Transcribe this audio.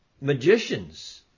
magicians